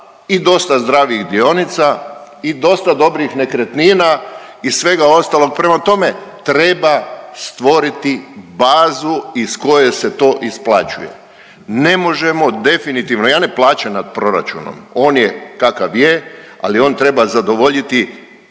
i dosta zdravih dionica i dosta dobrih nekretnina i svega ostalog, prema tome, treba stvoriti bazu iz koje se to isplaćuje. Ne možemo definitivno, ja ne plačem nad proračunom, on je kakav je, ali on treba zadovoljiti